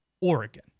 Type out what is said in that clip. Oregon